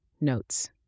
Notes